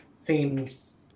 themes